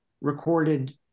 recorded